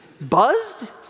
Buzzed